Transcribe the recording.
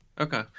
Okay